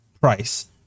price